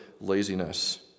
laziness